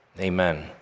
Amen